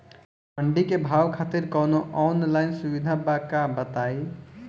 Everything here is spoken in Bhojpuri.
मंडी के भाव खातिर कवनो ऑनलाइन सुविधा बा का बताई?